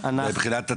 מבחינת התקציב.